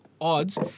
odds